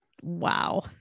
wow